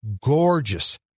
gorgeous